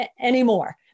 anymore